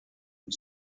une